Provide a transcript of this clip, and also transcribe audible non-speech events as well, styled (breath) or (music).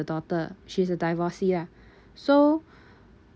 the daughter she's a divorcee ah so (breath)